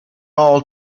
all